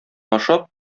ашап